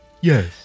Yes